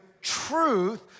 truth